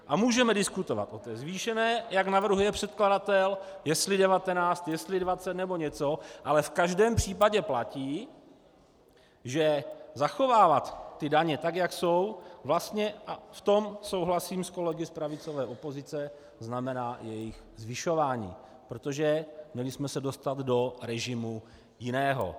A můžeme diskutovat o zvýšené, jak navrhuje předkladatel, jestli 19, jestli 20 nebo něco, ale v každém případě platí, že zachovávat daně tak, jak jsou, a v tom souhlasím s kolegy z pravicové opozice, znamená jejich zvyšování, protože měli jsme se dostat do režimu jiného.